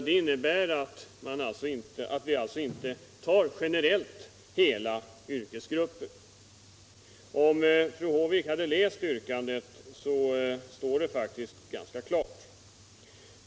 Det innebär sålunda att vi inte tar generellt hela yrkesgrupper. Om fru Håvik hade läst yrkandet, så skulle hon ha funnit att det står ganska klart utsagt.